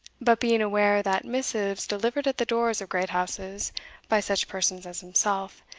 but being aware that missives delivered at the doors of great houses by such persons as himself,